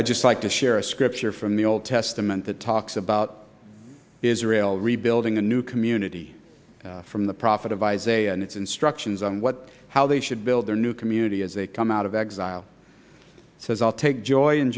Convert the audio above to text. i just like to share a scripture from the old testament that talks about israel rebuilding a new community from the prophet isaiah and its instructions on what how they should build their new community as they come out of exile says i'll take joy in